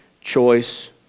choice